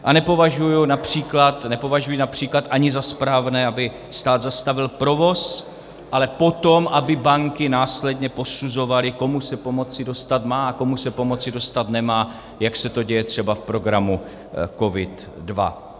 A nepovažuji například, nepovažuji například ani za správné, aby stát zastavil provoz, ale potom aby banky následně posuzovaly, komu se pomoci dostat má a komu se pomoci dostat nemá, jak se to děje třeba v programu COVID II.